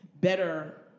better